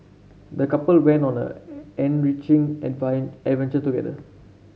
the couple went on an enriching advent adventure together